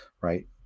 Right